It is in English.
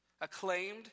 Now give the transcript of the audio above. acclaimed